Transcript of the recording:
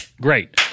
Great